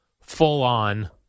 full-on